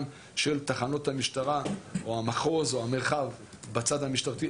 של תחנות המשטרה או המחוז או המרחב בצד המשטרתי,